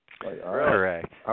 Correct